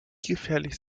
gefährlich